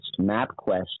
Mapquest